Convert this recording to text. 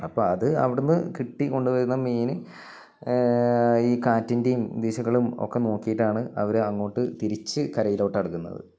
അപ്പം അത് അവിടുന്ന് കിട്ടി കൊണ്ടുവരുന്ന മീൻ ഈ കാറ്റിന്റെയും ദിശകളും ഒക്കെ നോക്കിയിട്ടാണ് അവർ അങ്ങോട്ട് തിരിച്ച് കരയിലോട്ടടക്കുന്നത്